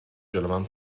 جلومن